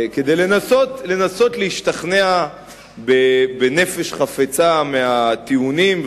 כדי לנסות להשתכנע בנפש חפצה מהטיעונים.